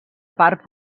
part